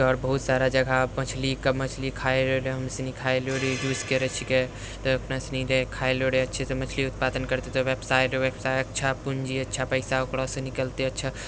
आओर बहुत सारा जगह मछली खाइ अपने सनी खाइ लोक रऽ यूज करै छिकै तऽ अपने सनी खाइलऽ अच्छासँ मछली उत्पादन बेबसाय अच्छा पूँजी अच्छा पइसा ओकरासँ निकलतै अच्छा